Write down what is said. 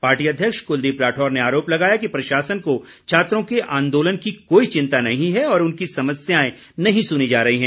party अध्यक्ष कुलदीप राठौर ने आरोप लगाया कि प्रशासन को छात्रों के आंदोलन की कोई चिंता नहीं है और उनकी समस्याएं नहीं सुनी जा रही हैं